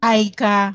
Aika